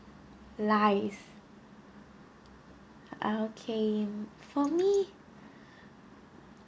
lies okay for me